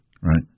Right